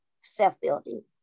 self-building